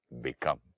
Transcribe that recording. become